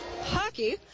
Hockey